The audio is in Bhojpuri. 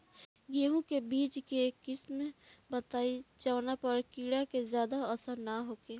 गेहूं के बीज के किस्म बताई जवना पर कीड़ा के ज्यादा असर न हो सके?